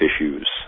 issues